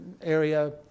area